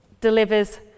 delivers